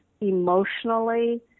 emotionally